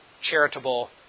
charitable